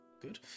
Good